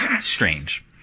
strange